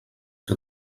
que